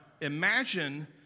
imagine